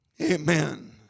Amen